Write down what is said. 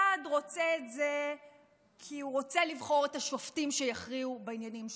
אחד רוצה את זה כי הוא רוצה לבחור את השופטים שיכריעו בעניינים שלו,